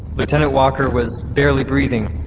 lieutenant walker was barely breathing,